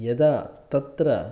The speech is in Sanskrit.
यदा तत्र